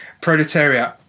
proletariat